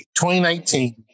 2019